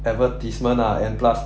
advertisement ah and plus